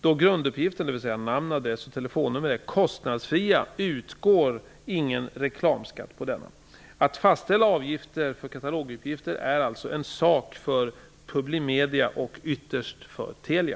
Då grunduppgiften, dvs. Att fastställa avgifter för kataloguppgifter är en sak för Publimedia och ytterst för Telia.